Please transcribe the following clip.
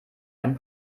einen